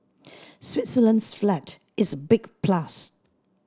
Switzerland's flag is a big plus